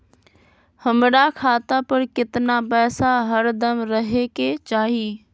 हमरा खाता पर केतना पैसा हरदम रहे के चाहि?